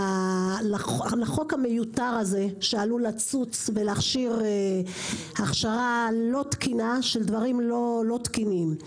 ולחוק המיותר הזה שעלול לצוץ ולהכשיר הכשרה לא תקינה של דברים לא תקינים.